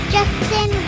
Justin